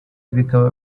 bikaba